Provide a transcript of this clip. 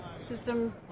system